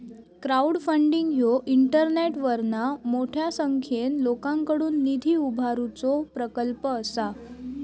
crowdfunding ह्यो इंटरनेटवरना मोठ्या संख्येन लोकांकडुन निधी उभारुचो प्रकल्प असा